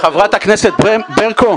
חברת הכנסת ברקו,